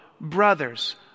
brothers